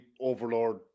overlord